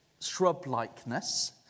shrub-likeness